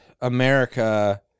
america